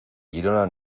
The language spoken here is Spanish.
girona